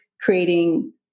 creating